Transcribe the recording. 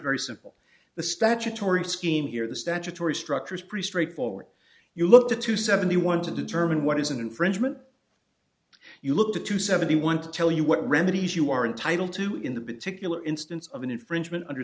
very simple the statutory scheme here the statutory structure is pretty straightforward you look at to seventy one to determine what is an infringement you look to seventy one to tell you what remedies you are entitled to in the bit to kill instance of an infringement under